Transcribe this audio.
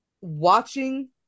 Watching